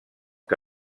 què